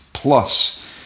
Plus